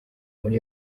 muri